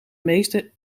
meeste